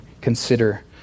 consider